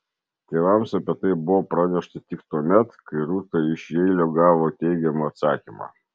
tėvams apie tai buvo pranešta tik tuomet kai rūta iš jeilio gavo teigiamą atsakymą